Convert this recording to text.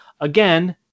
again